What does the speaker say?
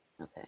Okay